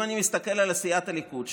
אם אני מסתכל על סיעת הליכוד,